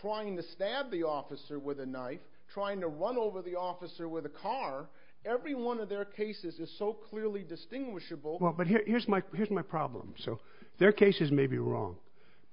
trying to stab the officer with a knife trying to run over the officer with a car every one of their cases is so clearly distinguishable but here is my peers my problem so their cases may be wrong